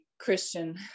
Christian